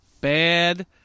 bad